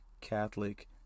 Catholic